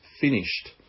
finished